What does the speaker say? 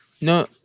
No